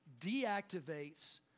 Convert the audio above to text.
deactivates